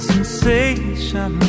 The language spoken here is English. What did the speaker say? sensation